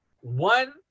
one